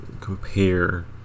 compare